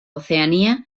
oceanía